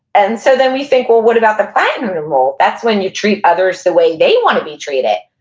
and so then we think well what about the platinum rule? that's when you treat others the way they want to be treated.